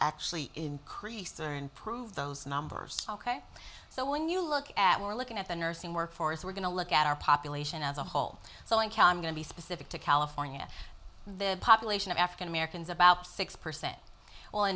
actually increase earned prove those numbers ok so when you look at we're looking at the nursing workforce we're going to look at our population as a whole so i can going to be specific to california the population of african americans about six percent